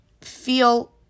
feel